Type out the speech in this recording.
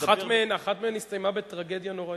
אחת מהן הסתיימה בטרגדיה נוראית,